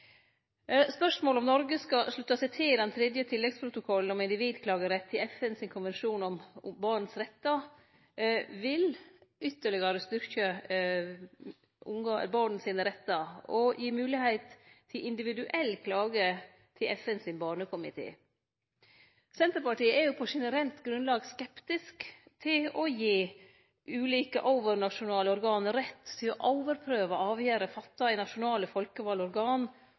spørsmålet om Noreg skal slutte seg til den tredje tilleggsprotokollen om individklagerett til FNs konvensjon om barns rettar, vil det ytterlegare styrkje barn sine rettar og gi moglegheit til individuell klage til FNs barnekomité. Senterpartiet er på generelt grunnlag skeptisk til å gi ulike overnasjonale organ rett til å overprøve avgjerder fatta i nasjonale folkevalde organ